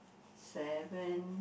seven